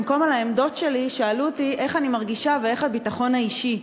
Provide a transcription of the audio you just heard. במקום על העמדות שלי שאלו אותי איך אני מרגישה ואיך הביטחון האישי,